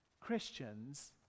Christians